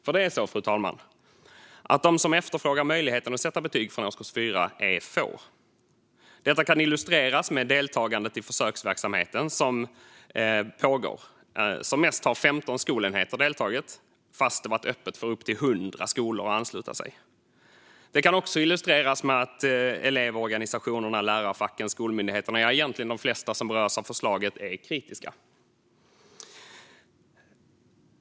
För det är så, fru talman, att de som efterfrågar möjligheten att sätta betyg från årskurs 4 är få. Detta kan illustreras med deltagandet i den försöksverksamhet som pågår. Som mest har 15 skolenheter deltagit, fast det varit öppet för upp till 100 skolor att ansluta sig. Det kan också illustreras med att elevorganisationerna, lärarfacken, skolmyndigheterna - ja, egentligen de flesta som berörs av förslaget - är kritiska.